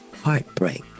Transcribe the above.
heartbreak